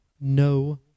no